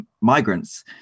migrants